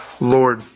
Lord